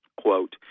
quote